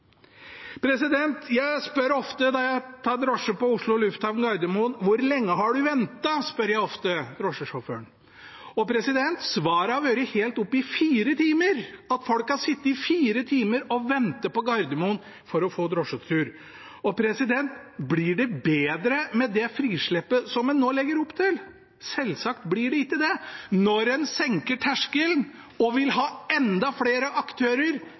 Når jeg tar drosje fra Oslo lufthavn Gardermoen spør jeg ofte drosjesjåføren: Hvor lenge har du ventet? Svaret har vært i helt opp til fire timer – at folk har sittet fire timer og ventet på Gardermoen for å få en drosjetur. Blir det bedre med det frislippet en nå legger opp til? Selvsagt blir det ikke det, når en senker terskelen og vil ha enda flere aktører